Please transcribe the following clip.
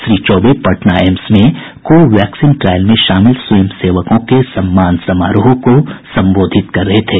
Shri Choubey Patna AIIMS में को vaccine trial में शामिल स्वयं सेवकों के सम्मान समारोह को संबोधित कर रहे थे